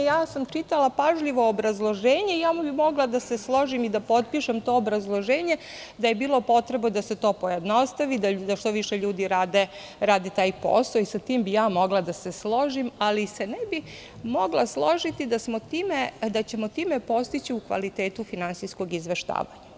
Čitala sam pažljivo obrazloženje i mogla bih da se složim i da potpišem to obrazloženje, da je bilo potrebe da se to pojednostavi, da što više ljudi radi taj posao i sa tim bih mogla da se složim, ali se ne bih mogla složiti da ćemo time postići u kvalitetu finansijskog izveštavanja.